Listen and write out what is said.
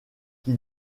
qui